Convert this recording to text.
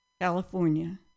California